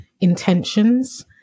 intentions